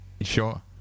Sure